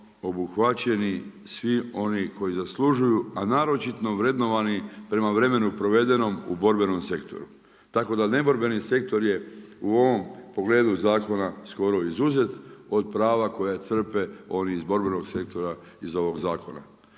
obuhvaćeni svi oni koji zaslužuju, a naročito vrednovani, prema vremenu provedenom u borbenom sektoru. Tako da neborbeni sektor je u ovom pogledu zakona skoro izuzet od prava koja crpe ovi iz borbenog sektora iz ovog zakona.